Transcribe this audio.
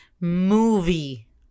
movie